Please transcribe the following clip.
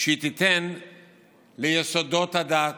שהיא תיתן ליסודות הדת,